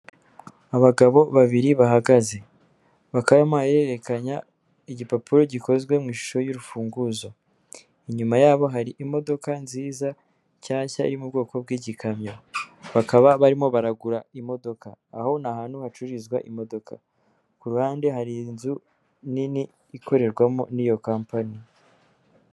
Abagabo babiri bahagaze; bakaba barimo barahererekanya igipapuro gikozwe mu ishusho y'urufunguzo. Inyuma yabo hari imodoka nziza nshyashya iri mu bwoko bw'ikamyo, bakaba barimo baragura imodoka. Aho ni ahantu hacururizwa imodoka. Ku ruhande hari inzu nini ikorerwamo n'iyo kampani.